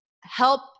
help